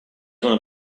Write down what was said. wanna